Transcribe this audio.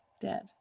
Dead